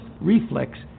reflex